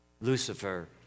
Lucifer